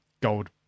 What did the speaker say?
gold